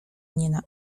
nie